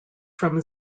from